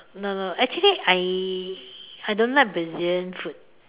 no no actually I I don't like the Brazilian food